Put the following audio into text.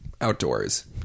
outdoors